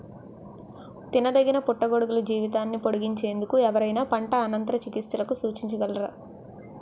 తినదగిన పుట్టగొడుగుల జీవితాన్ని పొడిగించేందుకు ఎవరైనా పంట అనంతర చికిత్సలను సూచించగలరా?